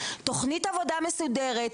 תכנית עבודה מסודרת,